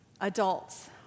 adults